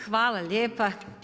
Hvala lijepa.